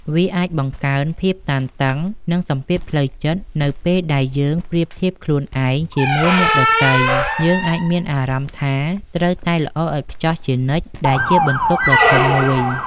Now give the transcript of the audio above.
វាអាចបង្កើនភាពតានតឹង និងសម្ពាធផ្លូវចិត្ត នៅពេលដែលយើងប្រៀបធៀបខ្លួនឯងជាមួយអ្នកដទៃ យើងអាចមានអារម្មណ៍ថាត្រូវតែល្អឥតខ្ចោះជានិច្ច ដែលជាបន្ទុកដ៏ធំមួយ។